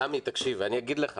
סמי, אני אגיד לך.